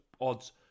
odds